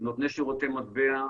נותני שירותי מטבע,